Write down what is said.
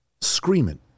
screaming